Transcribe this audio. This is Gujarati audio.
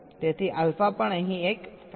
તેથી આલ્ફા પણ અહીં એક ફેક્ટર છે